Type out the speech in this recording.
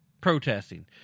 protesting